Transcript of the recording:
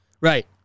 Right